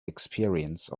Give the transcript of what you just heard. experience